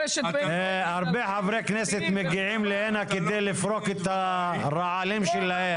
הרבה חברי כנסת מגיעים הנה כדי לפרוק את הרעלים שלהם,